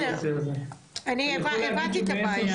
בסדר, אני הבנתי את הבעיה.